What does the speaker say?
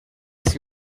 see